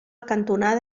cantonada